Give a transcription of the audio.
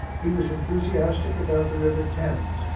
he was enthusiastic about the river thames,